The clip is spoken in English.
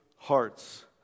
Hearts